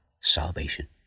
salvation